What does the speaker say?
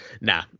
Nah